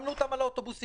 שמנו אותם על האוטובוסים,